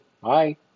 Bye